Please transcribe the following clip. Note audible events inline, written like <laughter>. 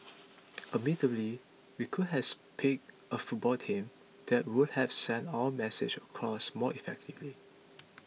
<noise> admittedly we could has picked a football team that would have sent our message across more effectively